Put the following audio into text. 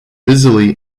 busily